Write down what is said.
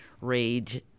Rage